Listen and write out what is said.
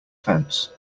fence